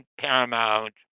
Paramount